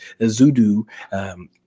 Zudu